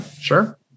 sure